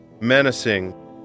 menacing